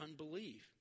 unbelief